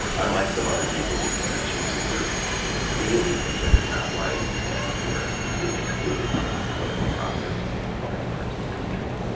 unlike some other people we could mention who were really considered not white and were completely excluded from the political process in large parts of the country.